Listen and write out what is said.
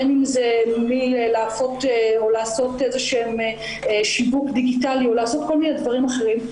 בין אם זה לאפות או לעשות שיווק דיגיטלי או לעשות כל מיני דברים אחרים,